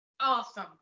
Awesome